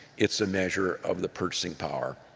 it's a measure of the purchasing power